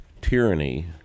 tyranny